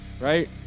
Right